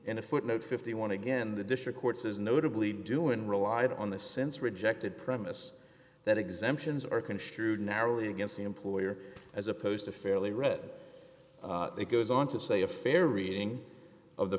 and footnote fifty want to get in the district court says notably doing relied on the sense rejected premise that exemptions are construed narrowly against the employer as opposed to fairly read it goes on to say a fair reading of the